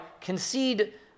concede